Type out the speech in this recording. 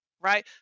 right